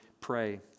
pray